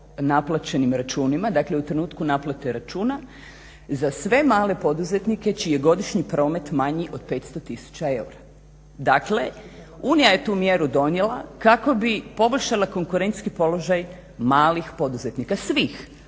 naplaćenim računima, dakle u trenutku naplate računa, za sve male poduzetnike čiji je godišnji promet manji od 500 000 eura. Dakle, Unija je tu mjeru donijela kako bi poboljšala konkurentski položaj malih poduzetnika, svih.